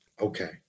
okay